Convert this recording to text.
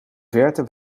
verte